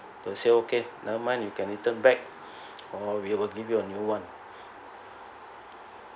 they say okay never mind you can return back or we will give you a new one